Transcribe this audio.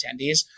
attendees